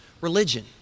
religion